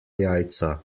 jajca